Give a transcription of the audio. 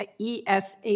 ESA